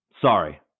sorry